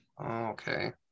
Okay